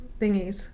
thingies